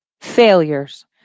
failures